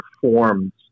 forms